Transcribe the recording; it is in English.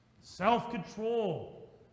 self-control